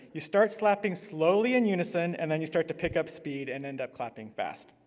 you start slapping slowly in unison, and then you start to pick up speed, and end up clapping fast.